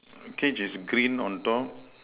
cage is green on top